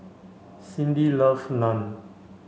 Cyndi loves Naan